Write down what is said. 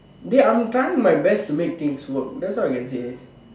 dey I'm trying my best to make things work that's all I can say